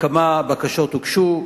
כמה בקשות הוגשו,